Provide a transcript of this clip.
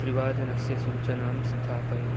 त्रिवादनस्य सूचनां स्थापय